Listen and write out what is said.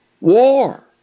War